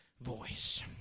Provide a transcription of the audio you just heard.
voice